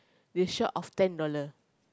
they short of ten dollar